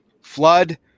flood